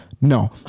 No